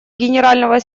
генерального